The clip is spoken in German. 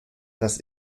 das